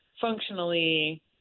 functionally